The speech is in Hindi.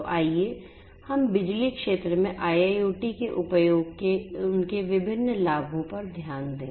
तो आइए हम बिजली क्षेत्र में IIoT के उपयोग के उनके विभिन्न लाभों पर ध्यान दें